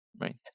right